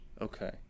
Okay